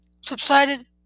subsided